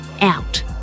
out